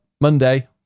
Monday